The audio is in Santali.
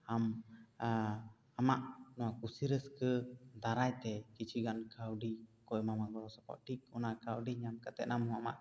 ᱟᱢ ᱟᱢᱟᱜ ᱱᱚᱣᱟ ᱠᱩᱥᱤ ᱨᱟᱹᱥᱠᱟᱹ ᱫᱟᱨᱟᱭ ᱛᱮ ᱠᱤᱪᱷᱩ ᱜᱟᱱ ᱠᱟᱹᱣᱰᱤ ᱠᱚ ᱮᱢᱟᱢᱟ ᱜᱚᱲᱚ ᱥᱚᱯᱚᱦᱚᱫ ᱴᱷᱤᱠ ᱚᱱᱟ ᱠᱟᱹᱣᱰᱤ ᱧᱟᱢ ᱠᱟᱛᱮ ᱟᱢ ᱦᱚᱸ ᱟᱢᱟᱜ